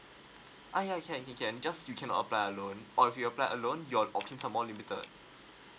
uh ya you can you can just you cannot apply a loan or if you apply a loan your options are more limited